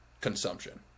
consumption